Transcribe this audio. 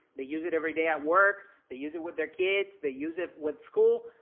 they use it every day at work. they use it with their kids. they use it with school,